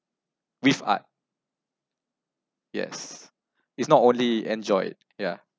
with art yes it's not only enjoy it yeah